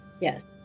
Yes